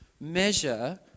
measure